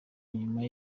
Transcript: inyuma